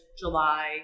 July